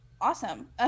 awesome